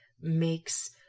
makes